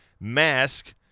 MASK